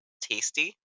Tasty